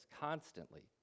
constantly